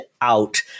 out